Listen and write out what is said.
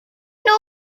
know